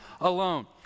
alone